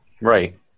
Right